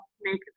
make